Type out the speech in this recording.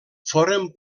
foren